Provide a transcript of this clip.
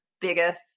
biggest